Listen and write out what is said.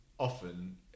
often